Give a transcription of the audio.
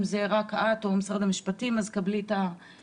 אם זו רק את או משרד המשפטים, אז קבלי את הפרגון.